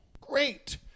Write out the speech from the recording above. great